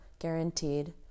guaranteed